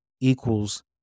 equals